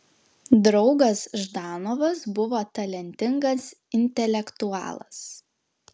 draugas ždanovas buvo talentingas intelektualas